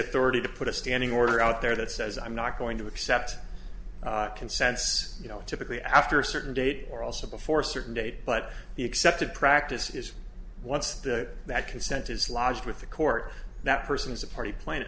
authority to put a standing order out there that says i'm not going to accept consents you know typically after a certain date or also before certain date but the accepted practice is what's that consent is lodged with the court that person is a party pla